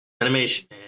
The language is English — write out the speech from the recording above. animation